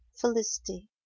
felicity